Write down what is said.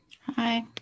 hi